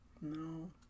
No